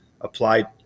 applied